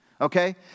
okay